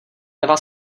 eva